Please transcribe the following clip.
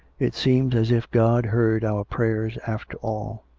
it seems as if god heard our prayers after all.